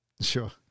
Sure